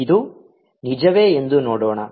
ಇದು ನಿಜವೇ ಎಂದು ನೋಡೋಣ